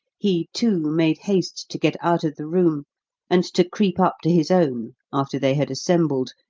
he, too, made haste to get out of the room and to creep up to his own after they had assembled,